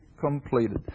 completed